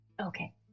okay